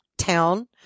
Town